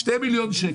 אתה